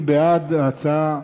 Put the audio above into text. מי בעד ההצעה?